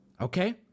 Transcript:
okay